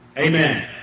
amen